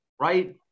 right